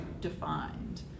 defined